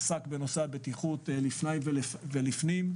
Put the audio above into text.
עסק בנושא הבטיחות לפני ופנים,